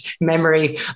memory